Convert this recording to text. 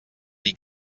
dir